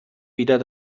wieder